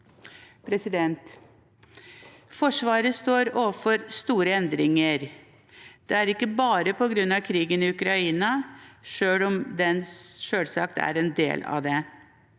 innberetning. Forsvaret står overfor store endringer. Det er ikke bare på grunn av krigen i Ukraina, selv om den selvsagt er en del av det.